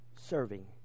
serving